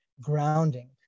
grounding